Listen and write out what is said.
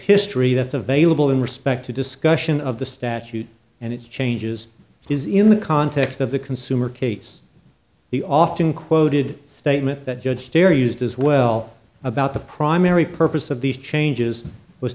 history that's available in respect to discussion of the statute and its changes is in the context of the consumer case the often quoted statement that judge terry used as well about the primary purpose of these changes was